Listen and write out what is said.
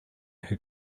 who